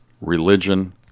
religion